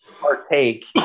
partake